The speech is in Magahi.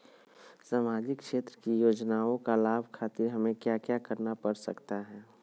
सामाजिक क्षेत्र की योजनाओं का लाभ खातिर हमें क्या क्या करना पड़ सकता है?